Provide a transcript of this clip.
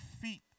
feet